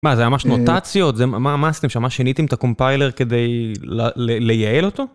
מה זה ממש נוטציות? זה... מה עשיתם שם? מה, שיניתם את הקומפיילר כדי לייעל אותו?